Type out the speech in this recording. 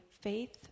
faith